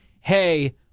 hey